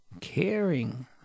caring